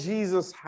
Jesus